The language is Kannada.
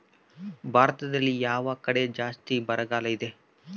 ಭಾರತದಲ್ಲಿ ಯಾವ ಕಡೆ ಜಾಸ್ತಿ ಬರಗಾಲ ಇದೆ?